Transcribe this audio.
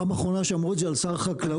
בפעם האחרונה שאמרו את זה על שר החקלאות,